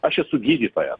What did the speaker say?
aš esu gydytojas